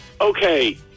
Okay